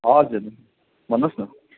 हजुर भन्नुहोस् न